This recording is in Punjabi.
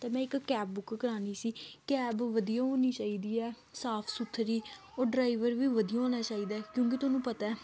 ਤਾਂ ਮੈਂ ਇੱਕ ਕੈਬ ਬੁੱਕ ਕਰਵਾਉਣੀ ਸੀ ਕੈਬ ਵਧੀਆ ਹੋਣੀ ਚਾਹੀਦੀ ਆ ਸਾਫ ਸੁਥਰੀ ਉਹ ਡਰਾਈਵਰ ਵੀ ਵਧੀਆ ਹੋਣਾ ਚਾਹੀਦਾ ਕਿਉਂਕਿ ਤੁਹਾਨੂੰ ਪਤਾ